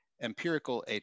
Empirical